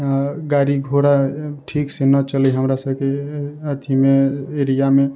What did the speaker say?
गाड़ी घोडा ठीकसँ न चलै हमरा सभके अथिमे एरियामे